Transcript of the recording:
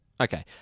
Okay